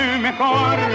mejor